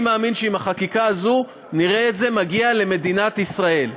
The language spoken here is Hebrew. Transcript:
אני מאמין שעם החקיקה הזאת נראה את זה מגיע למדינת ישראל.